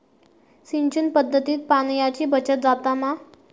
सिंचन पध्दतीत पाणयाची बचत जाता मा?